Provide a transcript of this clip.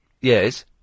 Yes